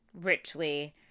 richly